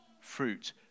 fruit